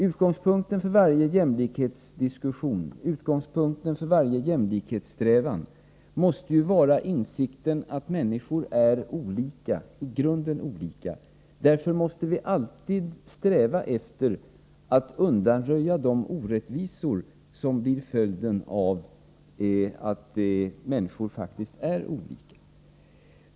Utgångspunkten för varje jämlikhetsdiskussion och varje jämlikhetssträvan måste ju vara insikten att människor är olika — i grunden olika. Därför måste vi alltid sträva efter att undanröja de orättvisor som blir följden av att människor faktiskt är olika.